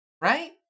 Right